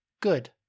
Good